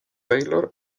taylor